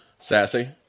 sassy